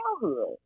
childhood